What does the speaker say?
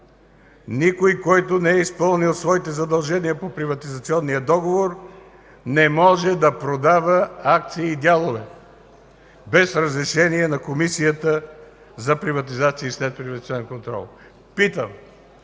никой, който не е изпълнил своите задължения по приватизационния договор не може да продава акции и дялове без разрешение на Комисията за приватизация и следприватизационен контрол. Питам: